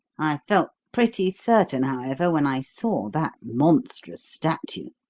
i felt pretty certain, however, when i saw that monstrous statue.